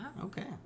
okay